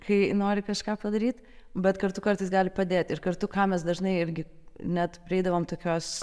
kai nori kažką padaryt bet kartu kartais gali padėt ir kartu ką mes dažnai irgi net prieidavom tokios